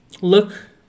Look